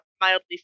mildly